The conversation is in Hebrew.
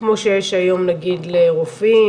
כמו שיש היום נגיד לרופאים,